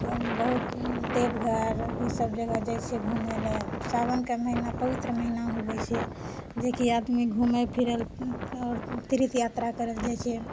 बहुत देवघर ई सब जगह जाइत छिऐ घूमए लऽ सावनके महीना पवित्र महीना होबैत छै जेकि आदमी घूमए फिरए आओर तीर्थ यात्रा करए लए जाइत छै